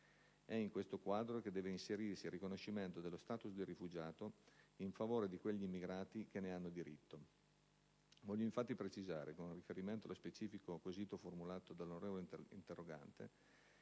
È in questo quadro che deve inserirsi il riconoscimento dello *status* di rifugiato in favore di quegli immigrati che ne hanno diritto. Voglio, infatti, precisare con riferimento allo specifico quesito formulato dall'onorevole interrogante